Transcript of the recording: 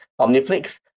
omniflix